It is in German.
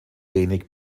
wenig